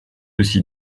aussi